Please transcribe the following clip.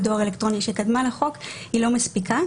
דואר אלקטרוני שקדמה לחוק היא לא מספיקה.